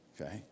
okay